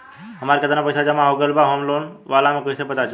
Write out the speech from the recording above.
हमार केतना पईसा जमा हो गएल बा होम लोन वाला मे कइसे पता चली?